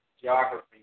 geography